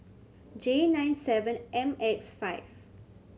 J nine seven M X five